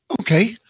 Okay